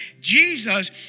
Jesus